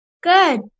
Good